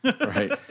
Right